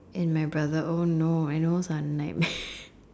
and my brother oh no those are nightmare